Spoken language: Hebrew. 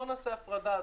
בו אנעשה הפרדה,